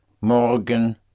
Morgen